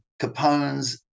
Capone's